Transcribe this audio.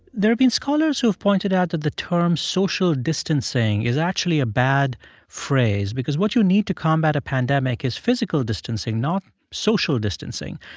been scholars who have pointed out that the term social distancing is actually a bad phrase because what you need to combat a pandemic is physical distancing, not social distancing.